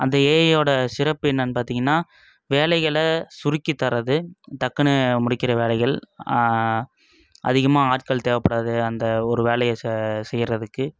அந்த ஏஐயோட சிறப்பு என்னன்னு பார்த்தீங்கன்னா வேலைகளை சுருக்கி தர்றது டக்குனு முடிக்கிற வேலைகள் அதிகமாக ஆட்கள் தேவைப்படாது அந்த ஒரு வேலையை ச செய்யறதுக்கு